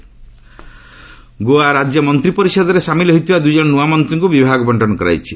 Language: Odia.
ଗୋଆ ପୋର୍ଟଫୋଲିଓସ୍ ଗୋଆ ରାଜ୍ୟ ମନ୍ତ୍ରୀ ପରିଷଦର ସାମିଲ ହୋଇଥିବା ଦୁଇଜଣ ନୂଆମନ୍ତ୍ରୀଙ୍କୁ ବିଭାଗ ବଙ୍କନ କରାଯାଇଛି